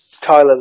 Tyler